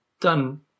done